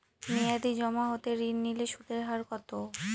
মেয়াদী জমা হতে ঋণ নিলে সুদের হার কত?